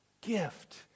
gift